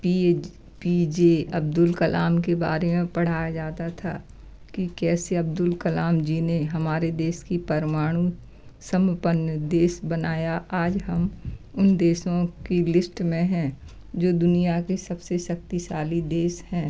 P A P J Abdul Kalam के बारे में पढ़ाया जाता था कि कैसे अब्दुल कलाम जी ने हमारे देश को परमाणु संपन्न देश बनाया आज हम उन देशों की लिश्ट में हैं जो दुनिया के सब से शक्तिशाली देश हैं